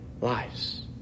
lives